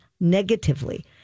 negatively